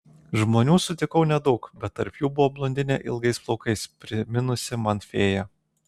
žmonių sutikau nedaug bet tarp jų buvo blondinė ilgais plaukais priminusi man fėją